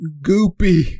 Goopy